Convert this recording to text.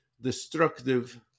destructive